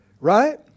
right